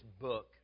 book